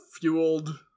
fueled